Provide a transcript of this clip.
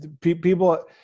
People